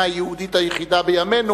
שהיא המדינה היהודית היחידה בימינו,